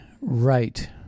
right